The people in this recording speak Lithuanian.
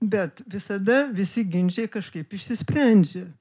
bet visada visi ginčiai kažkaip išsisprendžia